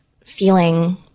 feeling